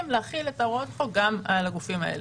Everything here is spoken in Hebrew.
להחיל את הוראות החוק גם על הגופים האלה.